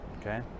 Okay